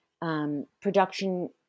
production